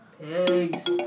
Thanks